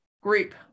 group